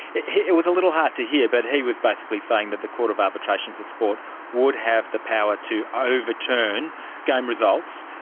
it was a little hard to hear, but he was basically saying that the court of arbitration for sport would have the power to overturn game results.